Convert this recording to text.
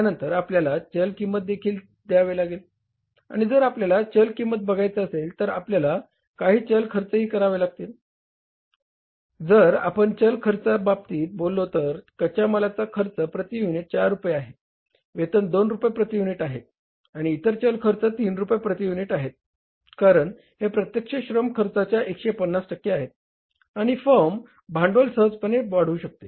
त्यानंतर आपल्याला चल किंमत देखील द्यावे लागेल आणि जर आपल्याला चल किंमत बघायचा असेल तर आपल्याला काही चल खर्चही करावे लागतील जर आपण चल खर्चा बाबतीत बोललो तर कच्या मालाचा खर्च प्रती युनिट 4 रुपये आहे वेतन 2 रुपये प्रती युनिट आहेत आणि इतर चल खर्च 3 रुपये प्रती युनिट आहेत कारण हे प्रत्यक्ष श्रम खर्चाच्या 150 टक्के आहेत आणि फर्म भांडवल सहजपणे वाढवू शकते